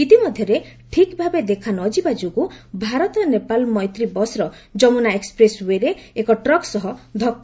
ଇତିମଧ୍ୟରେ ଠିକ୍ ଭାବେ ଦେଖା ନ ଯିବା ଯୋଗୁଁ ଭାରତ ନେପାଳ ମୈତ୍ରୀ ବସ୍ର ଜମୁନା ଏକ୍ୱପ୍ରେସ୍ ଓ୍ବେ ରେ ଏକ ଟ୍ରକ୍ ସହ ଧକୁ